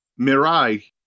Mirai